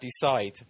decide